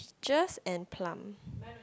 peaches and plum